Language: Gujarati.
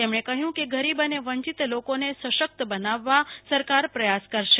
તેમને કહ્યું કે ગરીબ અને વંચિત લોકોને સશક્ત બનાવવા સરકાર પ્રયાસ કરશે